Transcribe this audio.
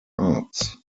arts